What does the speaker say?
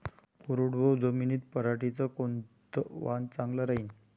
कोरडवाहू जमीनीत पऱ्हाटीचं कोनतं वान चांगलं रायीन?